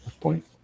point